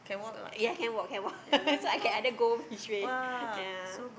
yeah I can walk so I can either go each way ya